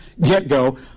get-go